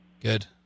Good